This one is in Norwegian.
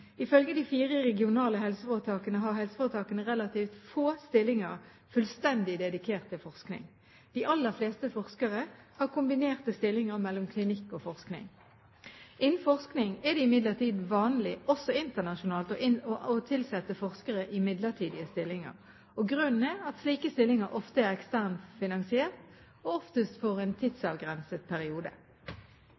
Ifølge de fire regionale helseforetakene har helseforetakene relativt få stillinger fullstendig dedikert til forskning. De aller fleste forskere har kombinerte stillinger mellom klinikk og forskning. Innen forskning er det imidlertid vanlig, også internasjonalt, å tilsette forskere i midlertidige stillinger. Grunnen er at slike stillinger ofte er eksternt finansiert og oftest for en